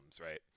right